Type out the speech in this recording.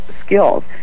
skills